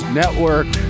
network